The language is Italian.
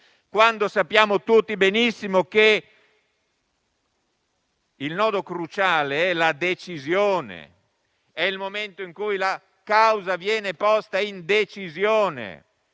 cento? Sappiamo tutti benissimo che il nodo cruciale è la decisione, cioè il momento in cui la causa viene posta in decisione.